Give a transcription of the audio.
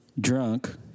drunk